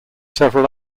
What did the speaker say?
several